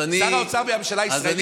שר האוצר בממשלה הישראלית, אתה מתכוון?